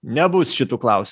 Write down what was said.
nebus šitų klaus